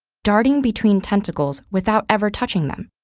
darting between tentacles without ever touching them.